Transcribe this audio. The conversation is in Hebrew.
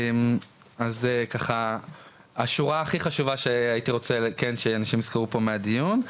אז זו השורה הכי חשובה שהייתי רוצה כן שאנשים יזכרו פה מהדיון.